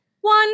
One